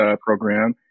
program